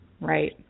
Right